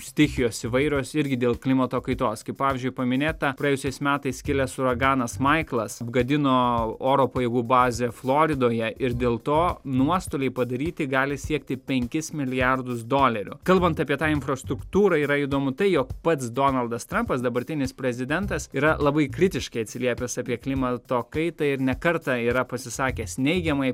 stichijos įvairios irgi dėl klimato kaitos kaip pavyzdžiui paminėta praėjusiais metais kilęs uraganas maiklas apgadino oro pajėgų bazę floridoje ir dėl to nuostoliai padaryti gali siekti penkis milijardus dolerių kalbant apie tą infrastruktūrą yra įdomu tai jog pats donaldas trampas dabartinis prezidentas yra labai kritiškai atsiliepęs apie klimato kaitą ir ne kartą yra pasisakęs neigiamai